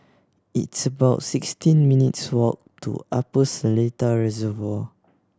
it's about sixteen minutes' walk to Upper Seletar Reservoir